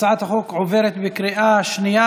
הצעת החוק עברה בקריאה שנייה.